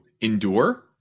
endure